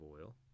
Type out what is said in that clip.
oil